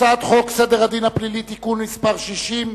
הצעת חוק סדר הדין הפלילי (תיקון מס' 60),